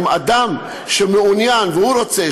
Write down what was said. אם אדם מעוניין והוא רוצה,